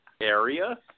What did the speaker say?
area